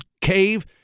cave